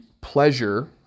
pleasure